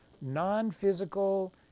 non-physical